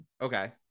Okay